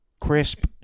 crisp